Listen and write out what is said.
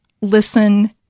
listen